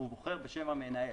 הוא בוחר בשם המנהל.